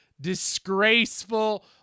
disgraceful